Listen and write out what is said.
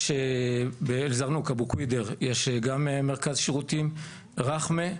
יש באל זרנוקה בקוידר יש גם מרכז שירותים, רכמה,